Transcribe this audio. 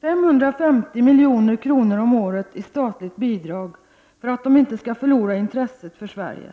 550 milj.kr. om året i statligt bidrag för att de inte skall förlora intresset för Sverige.